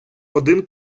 один